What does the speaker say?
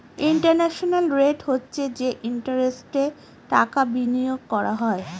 internal rate হচ্ছে যে ইন্টারেস্টে টাকা বিনিয়োগ করা হয়